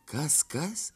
kas kas